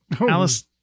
Alice